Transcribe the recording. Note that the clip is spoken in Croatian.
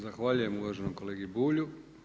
Zahvaljujem uvaženom kolegi Bulju.